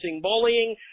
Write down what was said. bullying